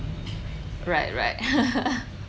right right